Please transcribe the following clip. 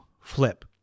flip